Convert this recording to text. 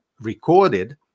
recorded